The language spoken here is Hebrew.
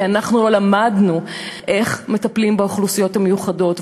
כי אנחנו לא למדנו איך מטפלים באוכלוסיות המיוחדות,